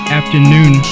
afternoon